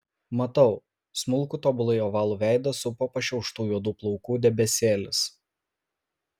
matau smulkų tobulai ovalų veidą supo pašiauštų juodų plaukų debesėlis